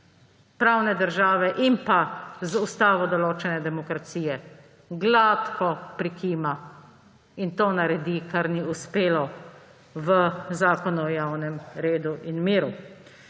pravne države in z ustavo določene demokracije, gladko prikima in naredi to, kar ni uspelo v Zakonu o javnem redu in miru.